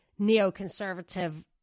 neoconservative